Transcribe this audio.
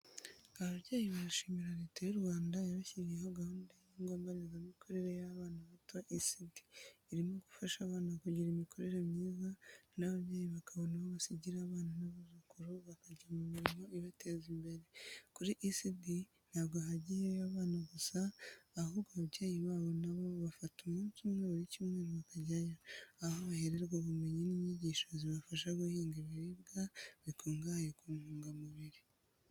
Ababyeyi barashimira Leta y’u Rwanda yabashyiriyeho gahunda y’ingo mbonezamikurire y’abana bato (ECD), irimo gufasha abana kugira imikurire myiza, n’ababyeyi bakabona uwo basigira abana n’abuzukuru bakajya mu mirimo ibateza imbere. Kuri ECD, ntabwo hagiyeyo abana gusa, ahubwo ababyeyi babo na bo bafata umunsi umwe buri cyumweru bakajyayo, aho bahererwa ubumenyi n’inyigisho zibafasha guhinga ibiribwa bikungahaye ku ntungamubiri.